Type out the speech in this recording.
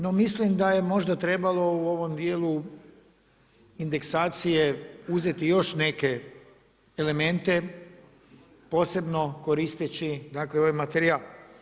No mislim da je možda trebalo u ovom dijelu indeksacije uzeti još neke elemente posebno koristeći dakle ovaj materijal.